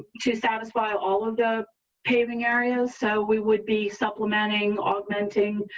to satisfy all of the paving areas. so we would be supplementing augmenting